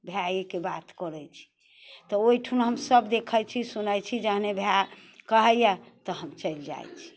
भायेके बात करैत छी तऽ ओहिठुम हमसब देखैत छी सुनैत छी जहने भाय कहैया तहन चलि जाइत छी